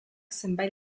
zenbait